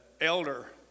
elder